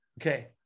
Okay